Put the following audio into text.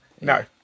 No